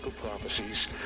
prophecies